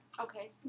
Okay